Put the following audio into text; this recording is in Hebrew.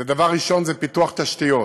דבר ראשון זה פיתוח תשתיות,